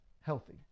healthy